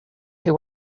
who